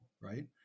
right